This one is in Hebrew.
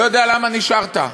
לא יודע למה נשארת.